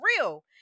real